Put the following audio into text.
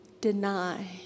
deny